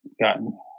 gotten